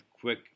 Quick